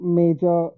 major